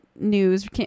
news